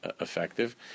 effective